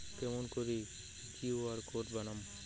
কেমন করি QR code বানাম?